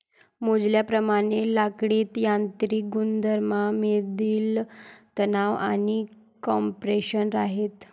मोजल्याप्रमाणे लाकडीत यांत्रिक गुणधर्मांमधील तणाव आणि कॉम्प्रेशन राहते